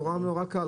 זה נראה נורא קל,